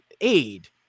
aid